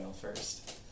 first